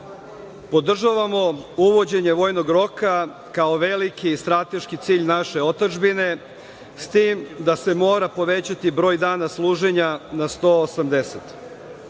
interesu. Podržavamo uvođenje vojnog roka kao veliki i strateški cilj naše otadžbine, s tim da se mora povećati broj dana služenja na